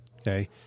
okay